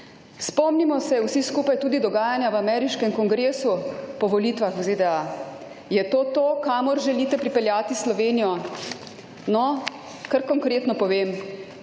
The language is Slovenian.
Spomnimo se vsi skupaj tudi dogajanja v ameriškem kongresu po volitvah v ZDA - je to to, kamor želite pripeljati Slovenijo? No? Kar konkretno povem,